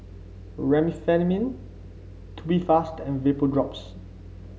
Remifemin Tubifast and Vapodrops